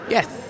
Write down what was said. Yes